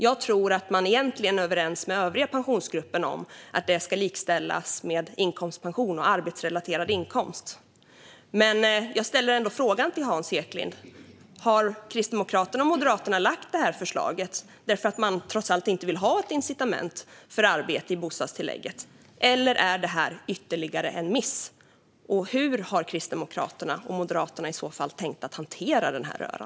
Jag tror att de egentligen är överens med de övriga i Pensionsgruppen om att det ska likställas med inkomstpension och arbetsrelaterad inkomst. Men jag ställer ändå frågan till Hans Eklind: Har Kristdemokraterna och Moderaterna lagt fram detta förslag därför att de trots allt inte vill ha ett incitament för arbete i bostadstillägget, eller är detta ytterligare en miss? Hur har Kristdemokraterna och Moderaterna i så fall tänkt hantera denna röra?